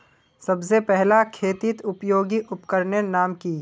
सबसे पहले खेतीत उपयोगी उपकरनेर नाम की?